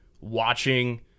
watching